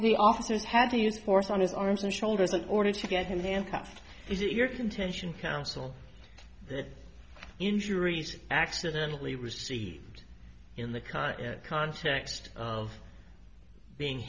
the officers had to use force on his arms and shoulders an order to get him handcuffed is it your contention counsel their injuries accidently received in the car in context of being